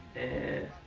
and